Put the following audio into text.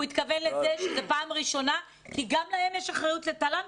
הוא התכוון שזו פעם ראשונה כי גם להם יש אחריות לתל"ן,